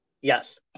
Yes